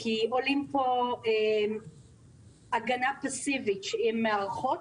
כי עולה פה הגנה פסיבית של מערכות